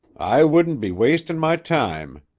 i wouldn't be wastin' my time,